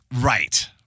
Right